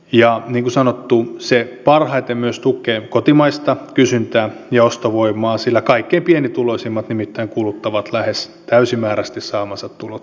ja niin kuin sanottu se parhaiten myös tukee kotimaista kysyntää ja ostovoimaa sillä kaikkein pienituloisimmat nimittäin kuluttavat lähes täysimääräisesti saamansa tulot